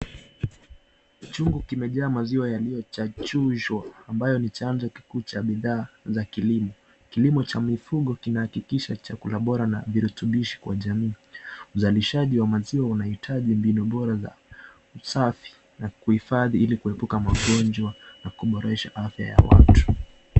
Chungu kimejaa maziwa yaliyo chachishwa ambayo ni chanzo kikuu cha bidhaa za kilimo. Kilimo cha mifugo kinahakikisha chakula bora na virutubishi kwa jamii, uzalishaji wa maziwa unahitaji mbinu bora za usafi na kuhifadhi ili kuepuka magonjwa na kuboresha afya ya watu.